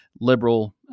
liberal